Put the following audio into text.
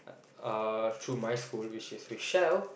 uh through my school which is with Shell